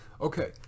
okay